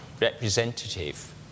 representative